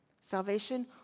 Salvation